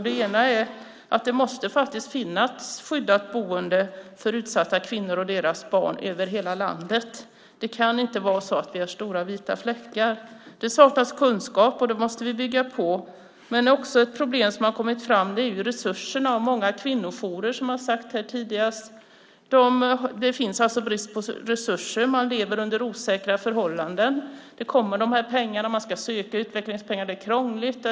Det ena är att det måste finnas skyddat boende för utsatta kvinnor och deras barn över hela landet. Det kan inte vara så att vi har stora vita fläckar. Det saknas kunskap, och den måste vi bygga på. Ett annat problem som har kommit fram är resurserna. Som tidigare sagts här har många kvinnojourer brist på resurser. De lever under osäkra förhållanden. De ska söka utvecklingspengar, och det är krångligt.